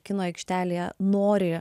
kino aikštelėje nori